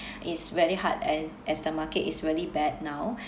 it's very hard and as the market is really bad now